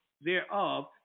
thereof